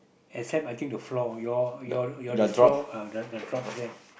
except I think the floor your your your this floor uh the the drops there